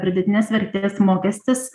pridėtinės vertės mokestis